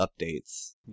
updates